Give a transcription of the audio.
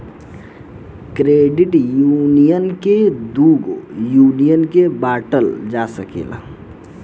credit union के दुगो union में बॉटल जा सकेला